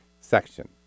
section